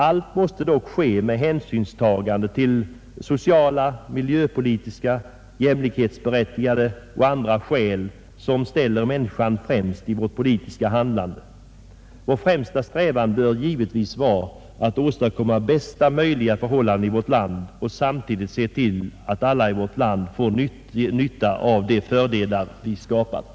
Allt måste dock ske med hänsynstagande till sociala, miljöpolitiska, jämlikhetsberättigade och andra skäl som ställer människan främst i vårt politiska handlande. Vår främsta strävan bör givetvis vara att åstadkomma bästa möjliga förhållanden i vårt land och samtidigt se till att alla i vårt land får nytta av de fördelar vi har skapat.